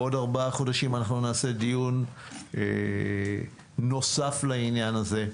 בעוד ארבעה חודשים אנחנו נעשה דיון נוסף על העניין הזה,